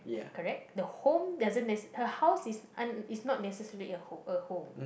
correct the home doesn't her house is is not necessary a a home